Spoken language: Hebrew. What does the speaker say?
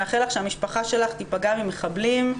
מאחל לך שהמשפחה שלך תיפגע ממחבלים.